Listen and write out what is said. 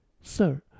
Sir